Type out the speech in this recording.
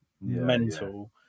mental